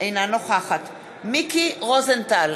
אינה נוכחת מיקי רוזנטל,